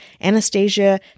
Anastasia